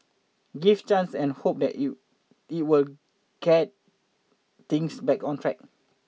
give chance and hope it you you will get things back on track